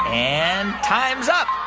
and time's up.